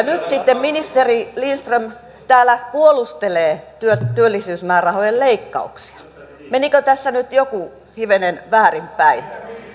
nyt sitten ministeri lindström täällä puolustelee työllisyysmäärärahojen leikkauksia menikö tässä nyt joku hivenen väärinpäin